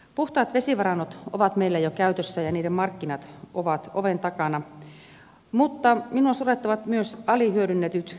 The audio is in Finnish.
puhtaat vesivarannot ovat meillä jo käytössä ja niiden markkinat ovat oven takana mutta minua surettavat myös alihyödynnetyt kalavedet